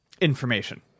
information